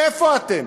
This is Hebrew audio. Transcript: איפה אתם?